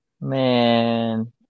Man